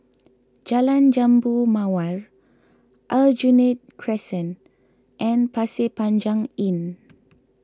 Jalan Jambu Mawar Aljunied Crescent and Pasir Panjang Inn